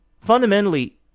fundamentally